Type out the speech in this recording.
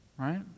Right